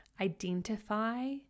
identify